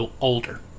older